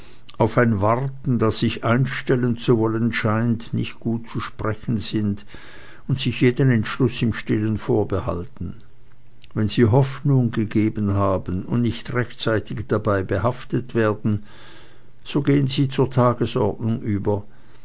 auf ein warten das sich einstellen zu wollen scheint nicht gut zu sprechen sind und sich jeden entschluß im stillen vorbehalten wenn sie hoffnung gegeben haben und nicht rechtzeitig dabei behaftet werden so gehen sie zur tagesordnung über